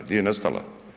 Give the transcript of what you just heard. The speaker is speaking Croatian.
Gdje je nestala?